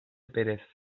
pérez